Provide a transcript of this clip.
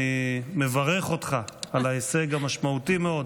אני מברך אותך על ההישג המשמעותי מאוד